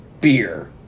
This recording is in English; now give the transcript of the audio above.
beer